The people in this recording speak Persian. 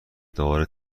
دوباره